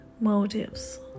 Motives